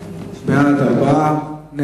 העבודה, הרווחה והבריאות נתקבלה.